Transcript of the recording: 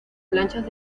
planchas